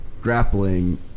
grappling